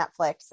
netflix